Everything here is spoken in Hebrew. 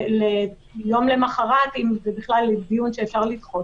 ליום למחרת אם זה בכלל דיון שאפשר לדחות